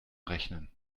rechnen